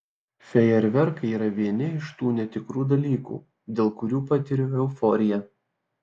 fejerverkai yra vieni iš tų netikrų dalykų dėl kurių patiriu euforiją